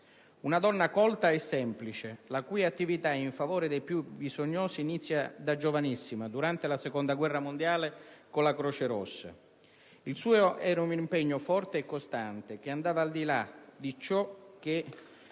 Una donna colta e semplice, la cui attività in favore dei più bisognosi inizia da giovanissima, durante la seconda guerra mondiale, con la Croce Rossa. Il suo era un impegno forte e costante che andava al di là di ciò che